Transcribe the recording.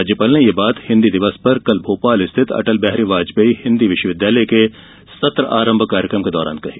राज्यपाल ने यह बात हिन्दी दिवस पर कल भोपाल स्थित अटल बिहारी वाजपेयी हिन्दी विश्वविद्यालय के सत्रारम्भ कार्यक्रम के दौरान कही